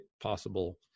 possible